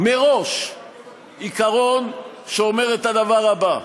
מראש עיקרון שאומר את הדבר הבא: